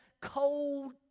cold